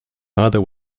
father